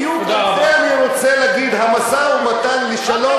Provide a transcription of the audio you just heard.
זה בדיוק מה שאני רוצה להגיד: המשא-ומתן לשלום,